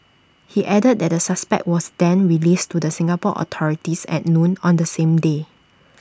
he added that the suspect was then released to the Singapore authorities at noon on the same day